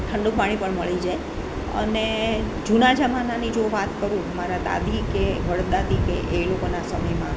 ઠંડુ પાણી પણ મળી જાય અને જૂના જમાનાની જો વાત કરું મારા દાદી કે વડ દાદી કે એ લોકોના સમયમાં